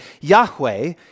Yahweh